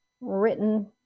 written